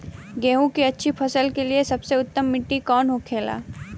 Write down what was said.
गेहूँ की अच्छी फसल के लिए सबसे उत्तम मिट्टी कौन होखे ला?